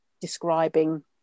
describing